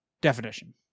definition